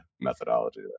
methodology